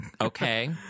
Okay